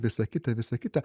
visa kita visa kita